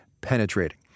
penetrating